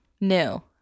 new